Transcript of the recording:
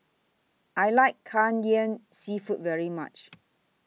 I like Kai Ian Seafood very much